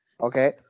Okay